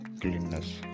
cleanliness